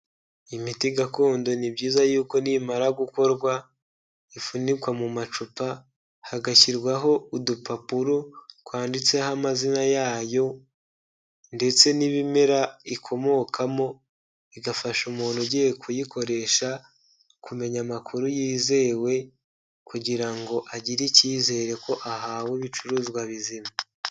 Imiti gakondo ni byiza y'uko nimara gukorwa, ifunikwa mu macupa, hagashyirwaho udupapuro twanditseho amazina yayo, ndetse n'ibimera ikomokamo, bigafasha umuntu ugiye kuyikoresha, kumenya amakuru yizewe, kugira ngo agire icyizere ko ahawe ibicuruzwa bizima.